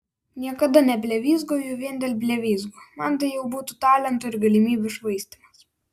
niekada neblevyzgoju vien dėl blevyzgų man tai jau būtų talento ir galimybių švaistymas